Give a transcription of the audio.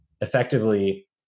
effectively